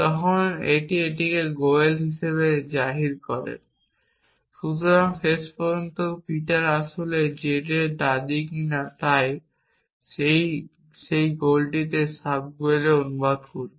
তখন এটি এটিকে গোয়েল হিসাবে জাহির করে। সুতরাং শেষ পর্যন্ত পিটার আসলে কিছু z এর দাদী কিনা তাই এটি সেই গোলটিকে সাবগোয়েলে অনুবাদ করবে